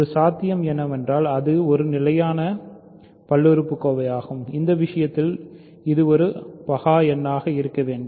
ஒரு சாத்தியம் என்னவென்றால் அது ஒரு நிலையான பல்லுறுப்புக்கோவையாகும் இந்த விஷயத்தில் அது ஒரு பகா எண்ணாக இருக்க வேண்டும்